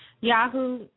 Yahoo